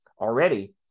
already